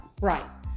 Right